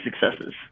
successes